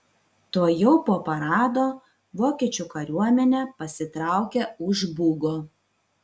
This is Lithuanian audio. tuojau po parado vokiečių kariuomenė pasitraukė už bugo